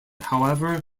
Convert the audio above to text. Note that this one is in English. however